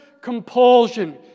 compulsion